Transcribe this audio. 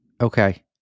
Okay